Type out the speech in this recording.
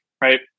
right